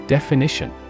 Definition